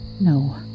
no